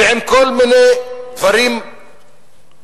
ועם כל מיני דברים שאפילו,